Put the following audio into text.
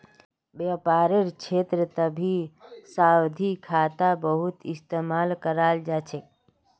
व्यापारेर क्षेत्रतभी सावधि खाता बहुत इस्तेमाल कराल जा छे